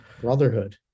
Brotherhood